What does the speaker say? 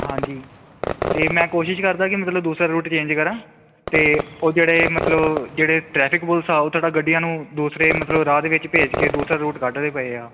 ਹਾਂਜੀ ਅਤੇ ਮੈਂ ਕੋਸ਼ਿਸ਼ ਕਰਦਾ ਕਿ ਮਤਲਬ ਦੂਸਰਾ ਰੂਟ ਚੇਂਜ ਕਰਾਂ ਅਤੇ ਉਹ ਜਿਹੜੇ ਮਤਲਬ ਜਿਹੜੇ ਟਰੈਫਿਕ ਪੁਲਿਸ ਆ ਉਹ ਥੋੜ੍ਹਾ ਗੱਡੀਆਂ ਨੂੰ ਦੂਸਰੇ ਮਤਲਬ ਰਾਹ ਦੇ ਵਿੱਚ ਭੇਜ ਕੇ ਦੂਸਰਾ ਰੂਟ ਕੱਢ ਰਹੇ ਪਏ ਆ